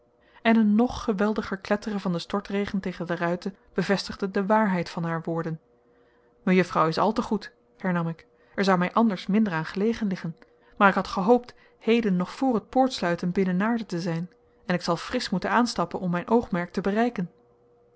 en een nog geweldiger kletteren van den stortregen tegen de ruiten bevestigde de waarheid van haar woorden mejuffrouw is al te goed hernam ik er zou mij anders minder aan gelegen liggen maar ik had gehoopt heden nog voor t poortsluiten binnen naarden te zijn en ik zal frisch moeten aanstappen om mijn oogmerk te bereiken